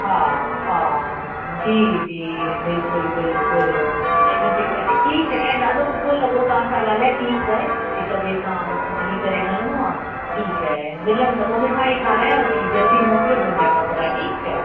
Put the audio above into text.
हा हा जी जी बिल्कुलु बिल्कुलु इन जे करे ठीकु आहे ॾाढो सुठो लॻो तव्हां सां ॻाल्हाए ठीकु आहे हिकु ॿिए सां बसि मिली करे हलणो आहे ठीकु आहे मिलनि त पोइ मिलनि त मिठाई खारायांव थी जल्दी मोकिलियो मुंहिंजा कपिड़ा ठीकु आहे